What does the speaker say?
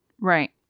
Right